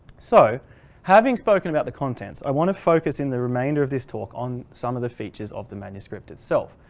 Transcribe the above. so having spoken about the contents, i want to focus in the remainder of this talk on some of the features of the manuscript itself.